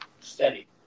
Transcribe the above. Steady